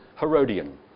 Herodian